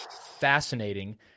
fascinating